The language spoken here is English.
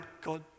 God